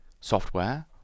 software